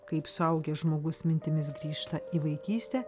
kaip suaugęs žmogus mintimis grįžta į vaikystę